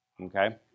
okay